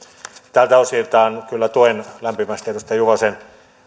tältä osin kyllä tuen lämpimästi edustaja juvosen